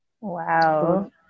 Wow